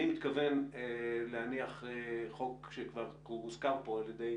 אני מתכוון להניח חוק שכבר הוזכר פה על ידי